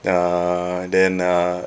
err then uh